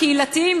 קהילתיים,